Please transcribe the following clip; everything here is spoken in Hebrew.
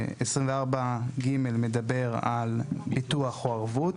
ש-24(ג) מדבר על ביטוח או ערבות.